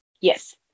Yes